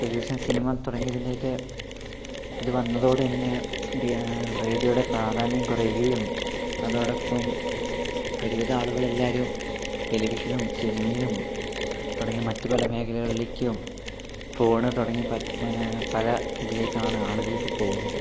television cinema തുടങ്ങിയതിന്റെയൊക്കെ ഇത് വന്നതോടെതന്നെ റേഡിയോയുടെ പ്രാധാന്യം കുറയുകയും അതോടൊപ്പം ഒരുവിധം ആളുകൾ എല്ലാവരും ടെലിവിഷനും സിനിമയും തുടങ്ങി മറ്റ് പല മേഖലകളിലേക്കും ഫോൺ തുടങ്ങി പല പല ഇതിലേക്കാണ് ആളുകൾ ഇപ്പോൾ പോകുന്നത്